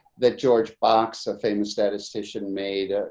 that george box, a famous statistician made,